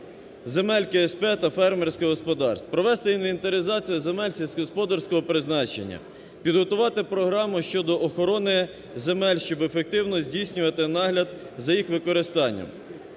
земель КСП та фермерське господарство; провести інвентаризацію земель сільськогосподарського призначення; підготувати програму щодо охорони земель, щоб ефективно здійснювати нагляд за їх використанням;